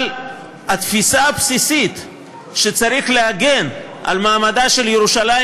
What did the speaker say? אבל התפיסה הבסיסית שצריך להגן על מעמדה של ירושלים